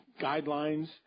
guidelines